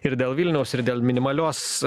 ir dėl vilniaus ir dėl minimalios